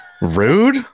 rude